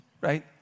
right